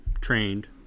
trained